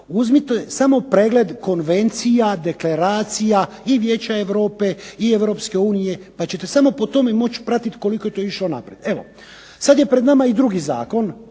Uzmite samo pregled konvencija, deklaracija i Vijeća Europe i EU pa ćete samo po tome moći pratiti koliko je to išlo naprijed. Sad je pred nama i drugi zakon,